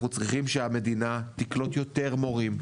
אנחנו צריכים שהמדינה תקלוט יותר מורים,